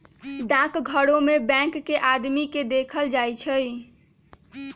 डाकघरो में बैंक के आदमी के देखल जाई छई